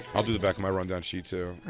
i'll do the back of my rundown sheet too.